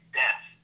death